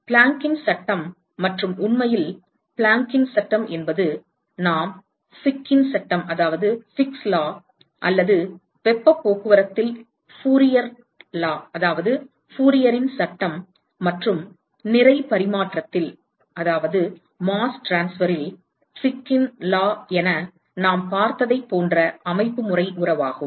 பிளாங்கின் சட்டம் மற்றும் உண்மையில் பிளாங்கின் சட்டம் என்பது நாம் ஃபிக்கின் சட்டம் Ficks law அல்லது வெப்பப் போக்குவரத்தில் ஃபோரியரின் சட்டம் Fourier's law மற்றும் நிறை பரிமாற்றத்தில் ஃபிக்கின் சட்டம் என நாம் பார்த்ததைப் போன்ற அமைப்புமுறை உறவாகும்